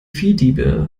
viehdiebe